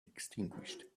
extinguished